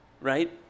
Right